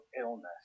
illness